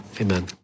Amen